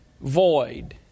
Void